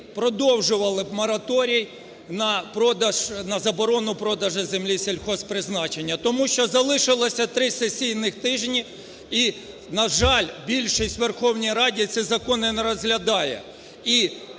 продовжували б мораторій на продаж, на заборону продажу землі сільгосппризначення тому що залишилося три сесійних тижні і, на жаль, більшість в Верховній Раді, ці закони не розглядає